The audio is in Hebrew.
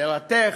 לרתך".